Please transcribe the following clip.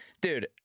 dude